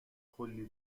کلی